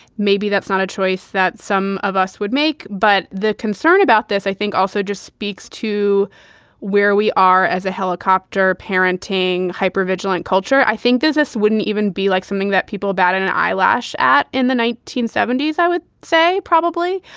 maybe that's not a choice that some of us would make. but the concern about this, i think, also just speaks to where we are as a helicopter parenting, hyper vigilant culture. i think there's this wouldn't even be like something that people about an eyelash at in the nineteen seventy s, i would say probably.